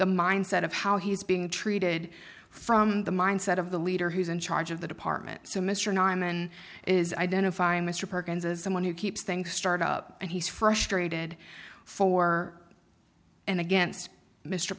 the mindset of how he's being treated from the mindset of the leader who's in charge of the department so mr nyman is identifying mr perkins as someone who keeps things start up and he's frustrated for and against mr